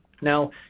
Now